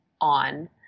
on